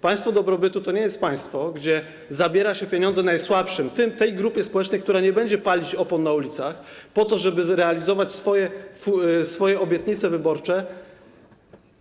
Państwo dobrobytu to nie jest państwo, gdzie zabiera się pieniądze najsłabszym, tej grupie społecznej, która nie będzie palić opon na ulicach, po to, żeby zrealizować swoje obietnice wyborcze